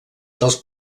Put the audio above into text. dels